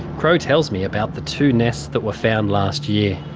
crowe tells me about the two nests that were found last year.